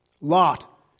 Lot